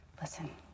listen